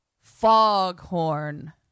Foghorn